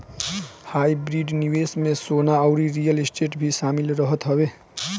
hybrid निवेश में सोना अउरी रियल स्टेट भी शामिल रहत हवे